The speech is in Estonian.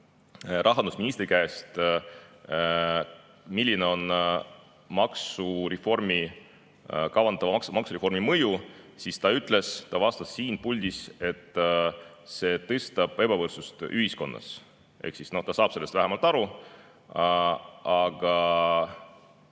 rahandusministrilt, milline on kavandatava maksureformi mõju, siis ta ütles – ta vastas siin puldis –, et see tõstab ebavõrdsust ühiskonnas. Ehk siis ta saab sellest vähemalt aru. See